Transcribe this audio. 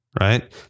right